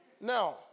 Now